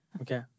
Okay